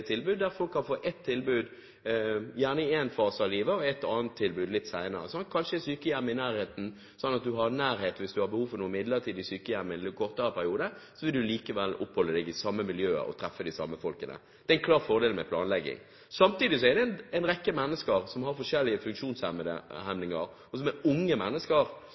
tilbud der folk gjerne kan få ett tilbud i én fase av livet og et annet tilbud litt senere, som kanskje et sykehjem i nærheten, sånn at du har nærhet. Hvis du har behov for midlertidig sykehjem i en kortere periode, vil du likevel oppholde deg i det samme miljøet og treffe de samme folkene. Det er en klar fordel med planlegging. Samtidig er det en rekke mennesker som har forskjellige funksjonshemninger, som er unge mennesker,